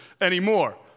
anymore